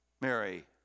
Mary